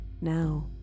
Now